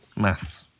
Maths